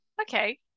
Okay